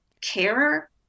care